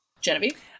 Genevieve